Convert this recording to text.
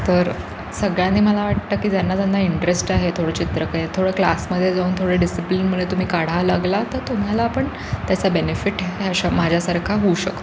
तर सगळ्यांनी मला वाटतं की ज्यांना ज्यांना इंटरेस्ट आहे थोडं चित्राकडे थोडं क्लासमध्ये जाऊन थोडं डिसिप्लिनमुळे तुम्ही काढाय लागला तर तुम्हाला पण त्याचा बेनिफिट ह्या अशा माझ्यासारखा होऊ शकतो